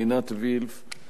עינת וילף,